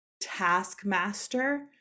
taskmaster